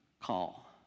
call